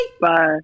Bye